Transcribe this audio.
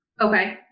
Okay